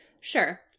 Sure